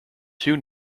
two